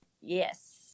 Yes